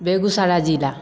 बेगूसराय जिला